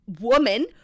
woman